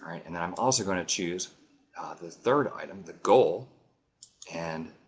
and and i'm also going to choose the third item the goal and